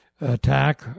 attack